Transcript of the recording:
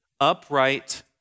upright